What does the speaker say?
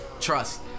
Trust